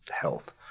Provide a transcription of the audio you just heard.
health